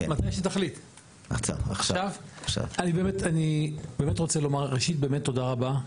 אני באמת רוצה לומר ראשית תודה רבה,